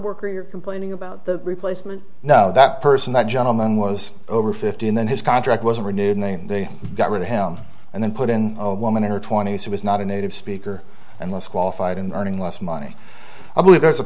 worker you're complaining about the replacement now that person that gentleman was over fifteen then his contract wasn't renewed they got rid of him and then put in a woman in her twenty's who is not a native speaker and less qualified and earning less money i believe there's a